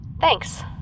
Thanks